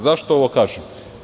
Zašto ovo kažem?